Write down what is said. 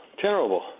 Terrible